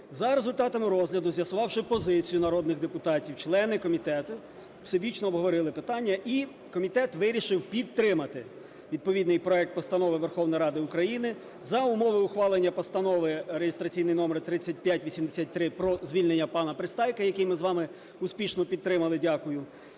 За результатами розгляду, з'ясувавши позицію народних депутатів, члени комітету всебічно обговорили питання і комітет вирішив підтримати відповідний проект постанови Верховної Ради України за умови ухвалення Постанови, реєстраційний номер 3583, про звільнення пана Пристайка, який ми з вами успішно підтримали, дякую.